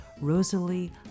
Rosalie